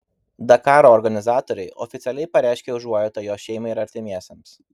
dakaro organizatoriai oficialiai pareiškė užuojautą jo šeimai ir artimiesiems